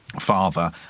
father